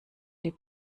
die